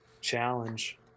challenge